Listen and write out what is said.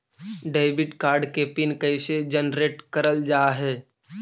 Debit card के pin कैसे generate करल जाहै?